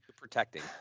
protecting